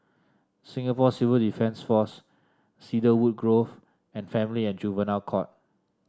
Singapore Civil Defence Force Cedarwood Grove and Family and Juvenile Court